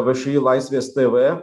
v š i laisvės tėvė